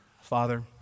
Father